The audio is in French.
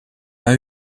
pas